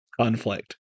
conflict